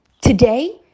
today